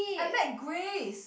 I met Grace